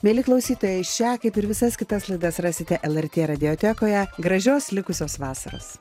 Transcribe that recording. mieli klausytojai šią kaip ir visas kitas laidas rasite lrt radiotekoje gražios likusios vasaros